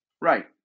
Right